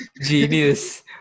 Genius